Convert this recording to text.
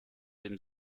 dem